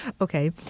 Okay